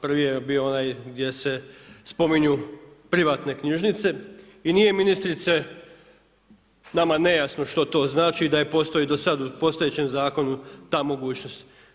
Prvi je bio onaj gdje se spominju privatne knjižnice i nije ministrice, nama nejasno što to znači da postoji i sad u postojećem zakonu za mogućnost.